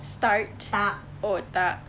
start oh tak